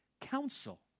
counsel